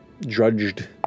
drudged